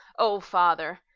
o father,